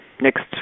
next